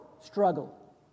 struggle